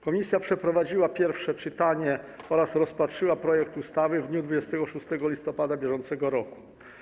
Komisja przeprowadziła pierwsze czytanie oraz rozpatrzyła projekt ustawy w dniu 26 listopada br.